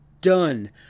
Done